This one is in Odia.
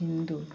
ହିନ୍ଦୁ